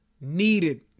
needed